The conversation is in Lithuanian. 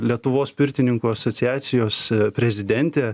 lietuvos pirtininkų asociacijos prezidentė